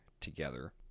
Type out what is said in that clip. together